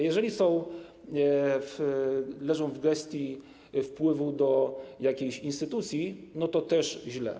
Jeżeli leżą w gestii wpływu do jakiejś instytucji, to też źle.